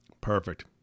Perfect